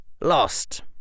lost